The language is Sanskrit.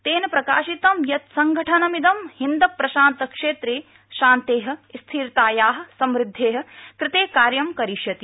तेन प्रकाशितं यत् संघठनमिदं हिन्द प्रशान्त क्षेत्रे शान्ते स्थिरताया समुद्धे कृते कार्यं करिष्यति